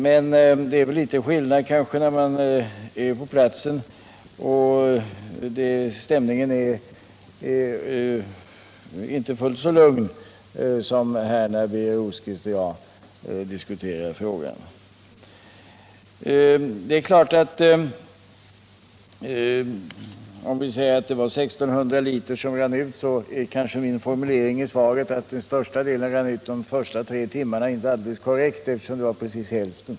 Men det är väl lite skillnad när man är på platsen och stämningen inte är fullt så lugn som här när Birger Rosqvist och jag diskuterar frågan. Det är klart att om det var 1600 liter olja som rann ut är min formulering i svaret att den största delen rann ut under de tre första timmarna inte helt korrekt, eftersom det var precis hälften.